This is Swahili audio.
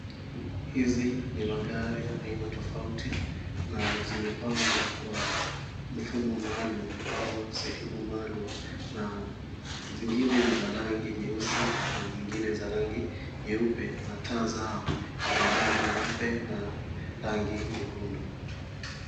Hizi ni magari ya aina tofauti na zimepangwa kwa mfumo maalum au sehemu maalum na zingine ni za rangi nyeusi na zingine za rangi nyeupe na taa zao ni za rangi nyeupe na rangi nyekundu.